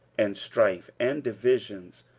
and strife, and divisions,